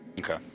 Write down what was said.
Okay